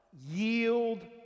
Yield